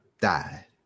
died